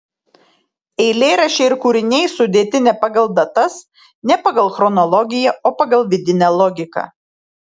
eilėraščiai ir kūriniai sudėti ne pagal datas ne pagal chronologiją o pagal vidinę logiką